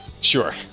sure